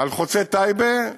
על חוצה טייבה,